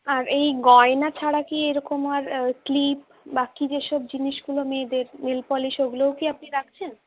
আর এই গয়না ছাড়া কি এরকম আর ক্লিপ বা কী যে সব জিনিসগুলো মেয়েদের নেলপলিশ ওগুলোও কি আপনি রাখছেন